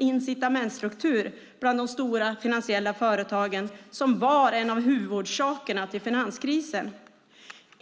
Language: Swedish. incitamentsstruktur bland de stora finansiella företagen som var en av huvudorsakerna till finanskrisen.